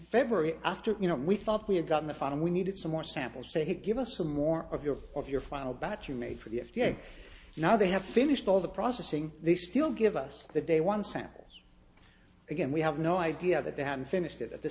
february after you know we thought we had gotten the phone and we needed some more samples say give us some more of your of your final but you made for the f d a now they have finished all the processing they still give us the day one samples again we have no idea that they haven't finished it at the